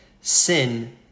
sin